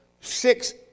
six